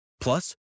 Plus